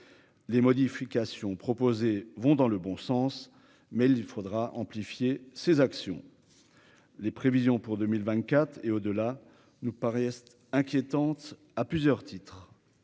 les modifications proposées vont dans le bon sens mais il faudra amplifier ces actions, les prévisions pour 2024 et au-delà nous paraissent inquiétantes à plusieurs titres